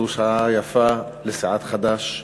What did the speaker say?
זו שעה יפה לסיעת חד"ש,